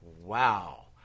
Wow